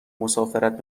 مسافرت